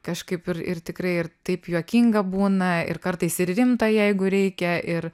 kažkaip ir ir tikrai ir taip juokinga būna ir kartais ir rimta jeigu reikia ir